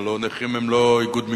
הלוא נכים הם לא איגוד מקצועי,